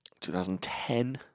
2010